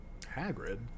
Hagrid